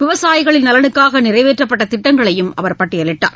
விவசாயிகளின் நலனுக்காக நிறைவேற்றப்பட்ட திட்டங்களையும் அவர் பட்டியலிட்டார்